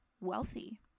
wealthy